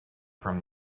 from